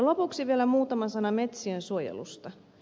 lopuksi vielä muutama sana metsiensuojelusta